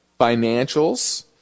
financials